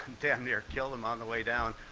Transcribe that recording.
damn near killed him on the way down.